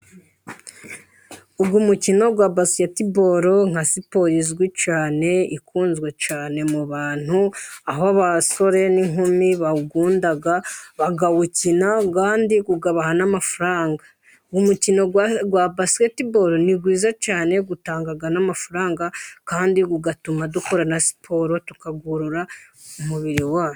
Uyu mukino wa basiketiboro nka siporo izwi cyane，ikunzwe cyane mu bantu，aho abasore n'inkumi bawukunda bakawukina，kandi ukabaha n'amafaranga. Umukino wa basiketiboro， ni mwiza cyane，utanga n'amafaranga，kandi ugatuma dukora na siporo tukagorora umubiri wacu.